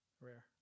Rare